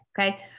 okay